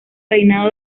reinado